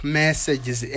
messages